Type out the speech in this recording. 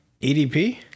EDP